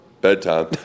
bedtime